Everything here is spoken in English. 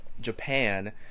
Japan